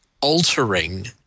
altering